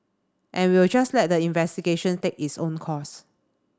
and we'll just let the investigation take its own course